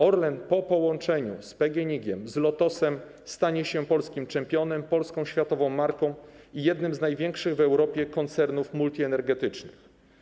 Orlen po połączeniu z PGNiG, Lotosem stanie się polskim czempionem, polską światową marką i jednym z największych w Europie koncernów multienergetycznych.